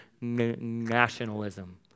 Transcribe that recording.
nationalism